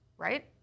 right